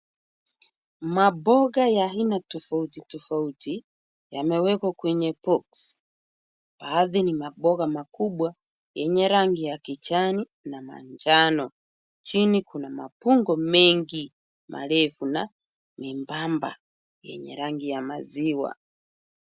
Maboga ya aina tofauti tofauti yamewekwa kwenye boksi, baadhi ni maboga makubwa yenye rangi ya kijani na manjano. Chini kuna mapungo mengi marefu na nyembamba yenye rangi ya mazima.